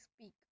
speak